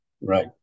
right